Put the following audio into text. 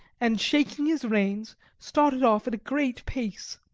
and shaking his reins, started off at a great pace.